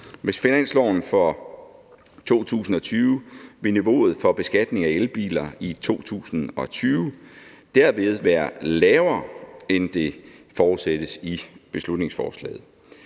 Med finansloven for 2020 vil niveauet for beskatning af elbiler i 2020 derved være lavere, end det forudsættes i beslutningsforslaget.